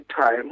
time